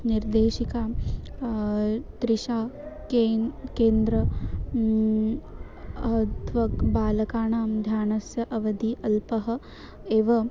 निर्देशिका Trisha Kane केन्द्रं अध्वक् बालकानां ध्यानस्य अवधिः अल्पः एवं